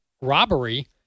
robbery